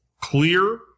clear